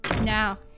Now